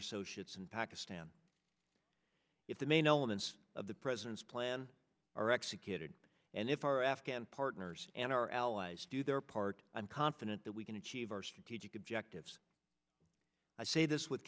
associates in pakistan if the main elements of the president's plan are executed and if our afghan partners and our allies do their part i'm confident that we can achieve our strategic objectives i say this with